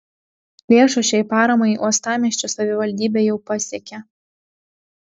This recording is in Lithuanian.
lėšos šiai paramai uostamiesčio savivaldybę jau pasiekė